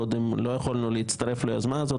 קודם לא יכולנו להצטרף ליוזמה הזאת,